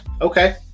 okay